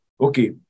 okay